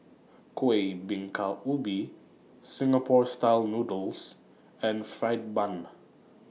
Kueh Bingka Ubi Singapore Style Noodles and Fried Bun